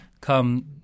come